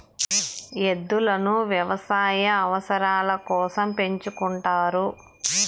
ఎద్దులను వ్యవసాయ అవసరాల కోసం పెంచుకుంటారు